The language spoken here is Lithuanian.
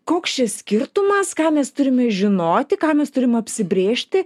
koks čia skirtumas ką mes turime žinoti ką mes turim apsibrėžti